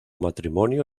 matrimonio